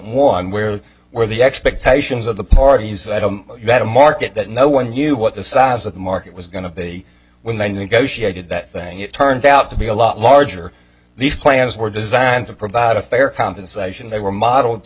one where were the expectations of the parties that a market that no one knew what the size of the market was going to be when you go she added that thing it turns out to be a lot larger these plans were designed to provide a fair compensation they were modeled to